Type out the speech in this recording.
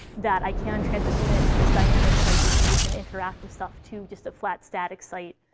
that i can transition it from this dynamic site where people can interact with stuff to just a flat, static site,